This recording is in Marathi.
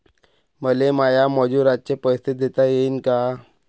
मले माया मजुराचे पैसे देता येईन का?